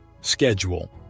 schedule